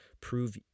prove